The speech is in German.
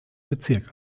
bezirk